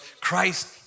Christ